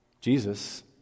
Jesus